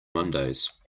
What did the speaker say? mondays